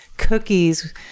cookies